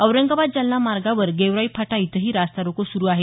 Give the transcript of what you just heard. औरंगाबाद जालना मार्गावर गेवराईफाटा इथंही रास्ता रोको सुरू आहे